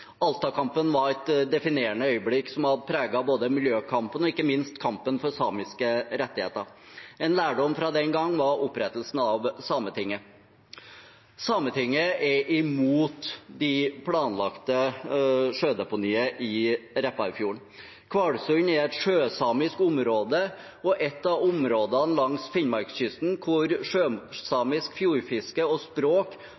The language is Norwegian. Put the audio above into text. var et definerende øyeblikk, som har preget både miljøkampen og ikke minst kampen for samiske rettigheter. En lærdom fra den gangen var opprettelsen av Sametinget. Sametinget er imot det planlagte sjødeponiet i Repparfjorden. Kvalsund er et sjøsamisk område og et av områdene langs Finnmarkskysten hvor